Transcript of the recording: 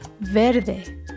Verde